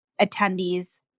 attendees